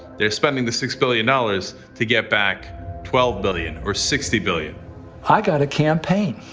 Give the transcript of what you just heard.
they're spending the six billion dollars to get back twelve billion or sixty billion i got a campaign.